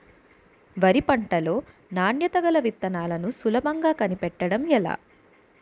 వరి పంట లో నాణ్యత గల విత్తనాలను సులభంగా కనిపెట్టడం ఎలా?